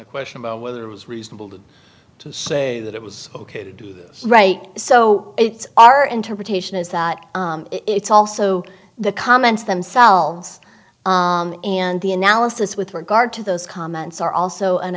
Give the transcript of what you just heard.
a question about whether it was reasonable to say that it was ok to do this right so it's our interpretation is that it's also the comments themselves and the analysis with regard to those comments are also an